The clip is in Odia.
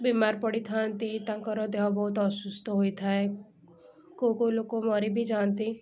ବେମାର ପଡ଼ିଥାନ୍ତି ତାଙ୍କର ଦେହ ବହୁତ ଅସୁସ୍ଥ ହୋଇଥାଏ କେଉଁ କେଉଁ ଲୋକ ମରିବିଯାଆନ୍ତି